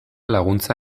laguntza